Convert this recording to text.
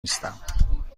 نیستم